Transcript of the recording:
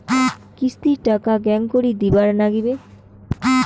কিস্তির টাকা কেঙ্গকরি দিবার নাগীবে?